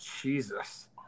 Jesus